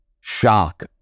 shock